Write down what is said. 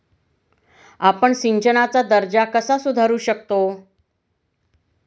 आपण सिंचनाचा दर्जा कसा सुधारू शकतो?